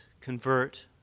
convert